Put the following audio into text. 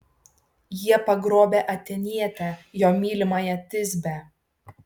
jie pagrobę atėnietę jo mylimąją tisbę